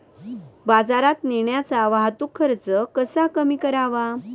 बाजारात नेण्याचा वाहतूक खर्च कसा कमी करावा?